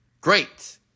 Great